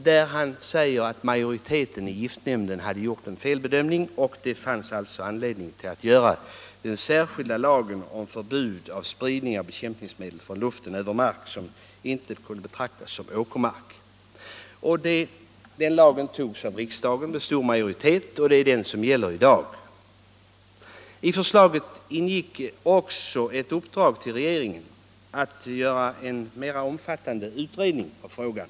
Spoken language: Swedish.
Där förklarade socialministern att majoriteten i gift 29 maj 1975 nämnden gjort en felbedömning och att det fanns anledning till en särskild lag om förbud mot spridning av bekämpningsmedel från luften = Förbud mot över mark som inte kunde betraktas som åkermark. Den lagen togs av — spridning av riksdagen med stor majoritet, och det är den som gäller i dag. bekämpningsmedel I beslutet ingick också ett uppdrag till regeringen att göra en mera = från luften omfattande utredning av frågan.